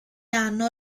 anno